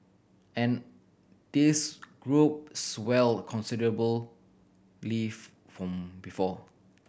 and this group swelled considerably from before